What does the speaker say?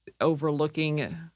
overlooking